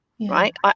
right